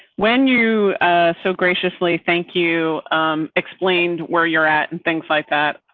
when you so graciously, thank you explained where you're at and things like that.